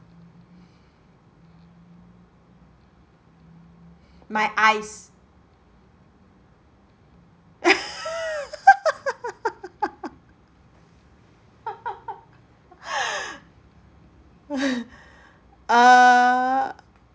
my eyes err